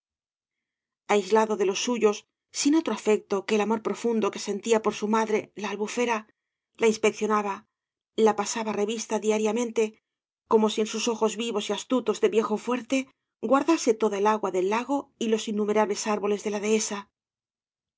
aislado de los suyos sin otro afecto que el amor profundo que sentía por su madre la albu cañas y barro fera la inspeccionaba la pasaba revista diariamente como ei en sus ojos vivoa y astutos de viejo fuerte guardase toda el agua del lago y los innumerables árboles de la dehesa